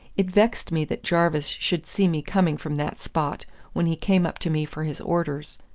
it vexed me that jarvis should see me coming from that spot when he came up to me for his orders.